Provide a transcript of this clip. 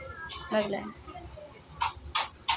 एहि लए